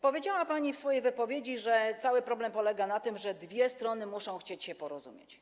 Powiedziała pani w swojej wypowiedzi, że cały problem polega na tym, że dwie strony muszą chcieć się porozumieć.